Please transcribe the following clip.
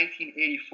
1984